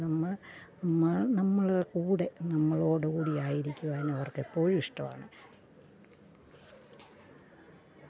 നമ്മ നമ്മൾ കൂടി നമ്മളോടു കൂടിയായിരിക്കുവാൻ അവർക്കെപ്പോഴും ഇഷ്ടമാണ്